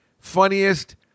funniest